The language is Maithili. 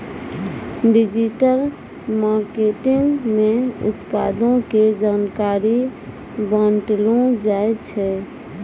डिजिटल मार्केटिंग मे उत्पादो के जानकारी बांटलो जाय छै